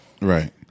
right